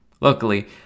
Luckily